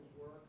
work